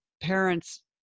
parents